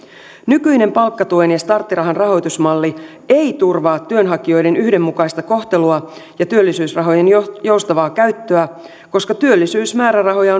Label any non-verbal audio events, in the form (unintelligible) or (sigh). nykyinen palkkatuen ja starttirahan rahoitusmalli ei turvaa työnhakijoiden yhdenmukaista kohtelua ja työllisyysrahojen joustavaa käyttöä koska työllisyysmäärärahoja (unintelligible)